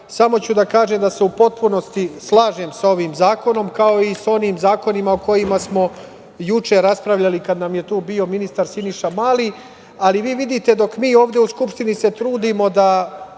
samo ću da kažem da se u potpunosti slažem sa ovim zakonom kao i sa onim zakonima o kojim smo ječe raspravljali kada nam je tu bio ministar Siniša Mali, ali vi vidite dok mi ovde u Skupštini se trudimo da